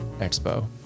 Expo